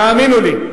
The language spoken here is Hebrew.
תאמינו לי.